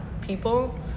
people